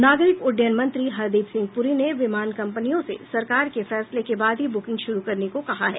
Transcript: नागरिक उड्डयन मंत्री हरदीप सिंह पुरी ने विमान कंपनियों से सरकार के फैसले के बाद ही बुकिंग शुरू करने को कहा है